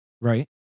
Right